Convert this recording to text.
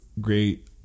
great